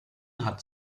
hat